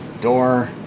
door